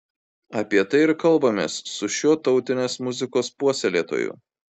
apie tai ir kalbamės su šiuo tautinės muzikos puoselėtoju